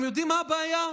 אתם יודעים מה הבעיה,